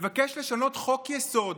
מבקש לשנות חוק-יסוד